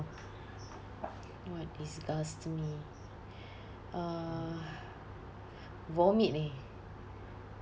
what disgusts me uh vomit eh